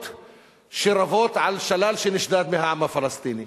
שרבות על שלל שנשדד מהעם הפלסטיני.